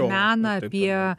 meną apie